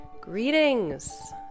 Greetings